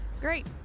Great